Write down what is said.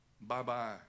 Bye-bye